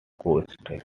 coaster